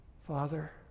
Father